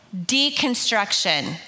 deconstruction